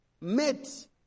met